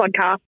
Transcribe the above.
podcast